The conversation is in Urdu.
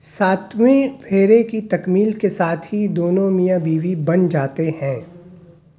ساتویں پھیرے کی تکمیل کے ساتھ ہی دونوں میاں بیوی بن جاتے ہیں